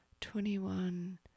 twenty-one